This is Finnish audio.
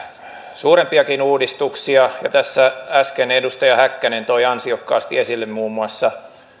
suurempiakin uudistuksia ja tässä äsken edustaja häkkänen toi ansiokkaasti esille muun muassa